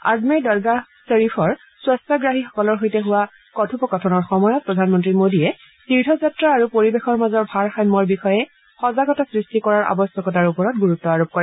আজমেৰ দৰগাহ শ্বৰীফৰ স্বছাগ্ৰাহীসকলৰ সৈতে হোৱা কথপোকথনৰ সময়ত প্ৰধানমন্ত্ৰী মোডীয়ে তীৰ্থযাত্ৰা আৰু পৰিৱেশৰ মাজৰ ভাৰসাম্যৰ বিষয়ে সজাগতা সৃষ্টি কৰাৰ আৱশ্যকতাৰ ওপৰত গুৰুত্ব আৰোপ কৰে